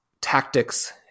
tactics